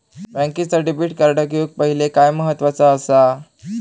बँकेचा debit card घेउक पाहिले काय महत्वाचा असा?